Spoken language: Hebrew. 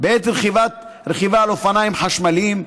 בעת רכיבה על אופניים חשמליים,